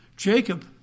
Jacob